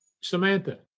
Samantha